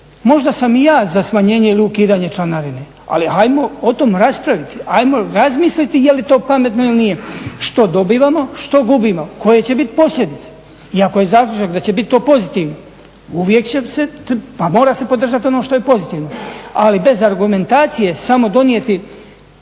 Možda sam i ja za smanjenje ili ukidanje članarine, ali hajmo o tom raspraviti, ajmo razmisliti je li to pametno ili nije. Što dobivamo, što gubimo, koje će biti posljedice? I ako je zaključak da će biti to pozitivno uvijek će se, pa mora se podržati ono što je pozitivno. Ali bez argumentacije samo donijeti